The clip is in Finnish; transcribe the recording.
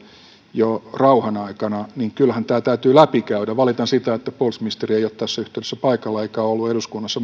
jo rauhan aikana niin kyllähän tämä täytyy läpi käydä valitan sitä että puolustusministeri ei ole tässä yhteydessä paikalla eikä ole ollut eduskunnassa